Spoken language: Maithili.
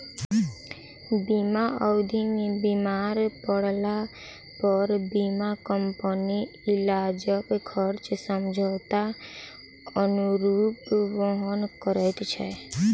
बीमा अवधि मे बीमार पड़लापर बीमा कम्पनी इलाजक खर्च समझौताक अनुरूप वहन करैत छै